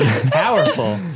powerful